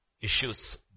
issues